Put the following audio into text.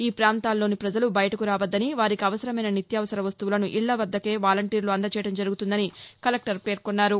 ఈ పాంతాల్లో పజలు బయటకు రావద్దని వారికి అవసరమైన నిత్యావసర వస్తువులను ఇళ్ళవద్దకే వాలంటీర్లు అందజేయడం జరుగుతుందని కలెక్టర్ పేర్కొన్నారు